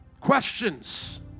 questions